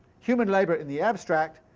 human labour in the abstract.